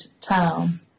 town